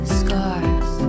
scars